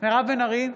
מירב בן ארי,